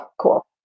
cool